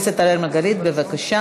חבר הכנסת אראל מרגלית, בבקשה.